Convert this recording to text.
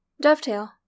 Dovetail